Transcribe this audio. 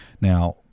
Now